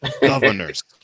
Governors